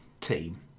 team